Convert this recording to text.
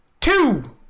Two